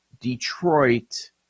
Detroit